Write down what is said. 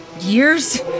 years